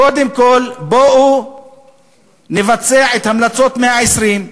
קודם כול בוא נבצע את המלצות "צוות 120 הימים",